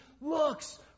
looks